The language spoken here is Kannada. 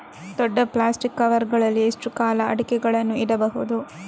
ದೊಡ್ಡ ಪ್ಲಾಸ್ಟಿಕ್ ಕವರ್ ಗಳಲ್ಲಿ ಎಷ್ಟು ಕಾಲ ಅಡಿಕೆಗಳನ್ನು ಇಡಬಹುದು?